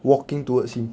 walking towards him